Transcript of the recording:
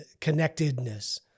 connectedness